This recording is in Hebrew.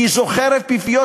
כי זו חרב פיפיות,